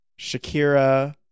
Shakira